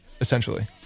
essentially